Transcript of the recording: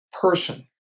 person